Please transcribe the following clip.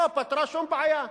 לא פתרה שום בעיה.